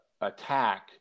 attack